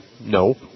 No